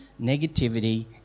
negativity